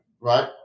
right